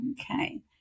okay